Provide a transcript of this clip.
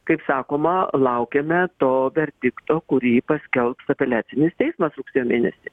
kaip sakoma laukiame to verdikto kurį paskelbs apeliacinis teismas rugsėjo mėnesį